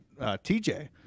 TJ